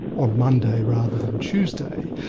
on monday rather than tuesday,